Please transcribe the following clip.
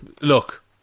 look